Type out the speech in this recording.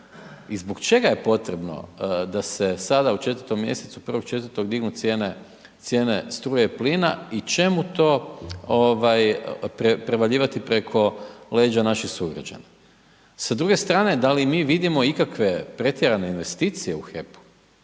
I zbog čega je potrebno, da se sada u 4. mjesecu, 1.4. dignu cijene struje i plina i čemu to prevaljivati preko leđa naših sugrađana. S druge strane da li mi vidimo ikakve pretjerane investicije u HEP-u?